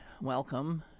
Welcome